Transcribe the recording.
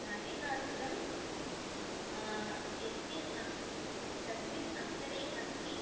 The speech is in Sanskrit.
नाट्यशास्त्रं यस्मिन् कस्मिम् अवसरे अस्ति